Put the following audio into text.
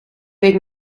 week